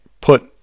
put